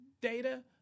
data